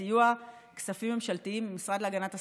בסיוע כספים ממשלתיים מהמשרד להגנת הסביבה,